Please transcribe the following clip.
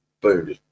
Boom